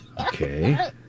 Okay